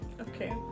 okay